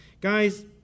Guys